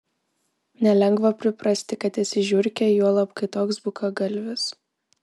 nelengva priprasti kad esi žiurkė juolab kai toks bukagalvis